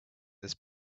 this